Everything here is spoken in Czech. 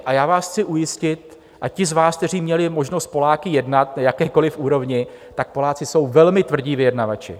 A já vás chci ujistit, a ti z vás, kteří měli možnost s Poláky jednat na jakékoliv úrovni, tak Poláci jsou velmi tvrdí vyjednavači.